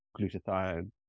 glutathione